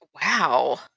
Wow